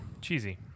Cheesy